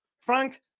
Frank